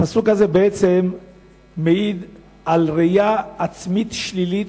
הפסוק הזה מעיד על ראייה עצמית שלילית